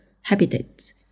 habitats